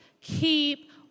Keep